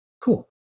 Cool